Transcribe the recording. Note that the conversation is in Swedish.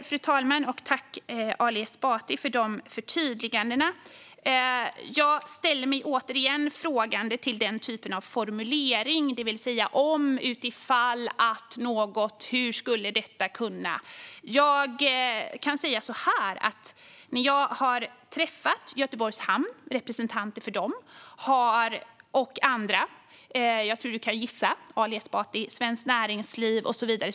Fru talman! Tack, Ali Esbati, för förtydligandena! Jag ställer mig återigen frågande till den typen av formulering, det vill säga om utifall att något hur skulle detta kunna. Jag har träffat representanter för Göteborgs hamn och andra - jag tror att du kan gissa vilka - som Svenskt Näringsliv och så vidare.